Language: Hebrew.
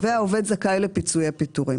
והעובד זכאי לפיצויי פיטורים.